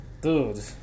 Dude